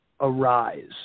arise